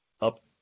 up